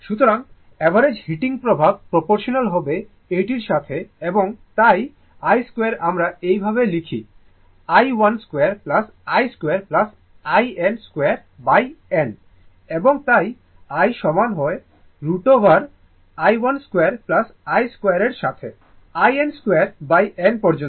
সুতরাং average heating প্রভাব proportional হবে এটির সাথে এবং তাই I 2 আমরা এই ভাবে লিখিi1 2 I2 2 in 2n এবং তাই I সমান হয় 2 √ i1 2 I2 2 এর সাথে থেকে in 2n পর্যন্ত